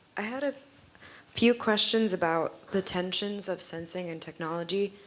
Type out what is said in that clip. i had a few questions about the tensions of sensing and technology.